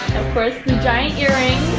of course the giant earrings,